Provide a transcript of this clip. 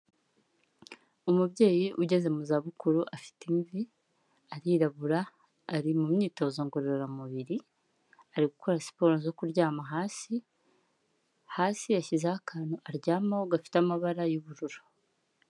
Umubyeyi ugeze mu za bukuru afite imvi, arirabura, ari mu myitozo ngororamubiri, ari gukora siporo zo kuryama hasi, hasi yashyizeho akantu aryamaho gafite amabara y'ubururu.